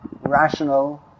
rational